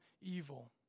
evil